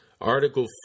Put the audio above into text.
Article